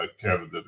candidate